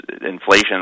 inflation